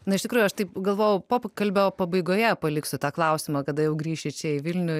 na iš tikrųjų aš taip galvojau pokalbio pabaigoje paliksiu tą klausimą kada jau grįši čia į vilnių